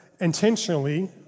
intentionally